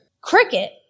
Cricket